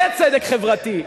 זה צדק חברתי.